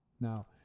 now